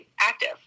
active